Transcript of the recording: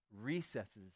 recesses